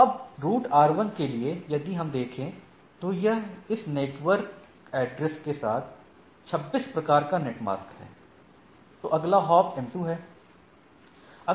अब route R1 के लिए यदि हम देखें तो यह इस नेटवर्क एड्रेस के साथ 26 प्रकार का नेट मास्क है तो अगला हॉप m2 है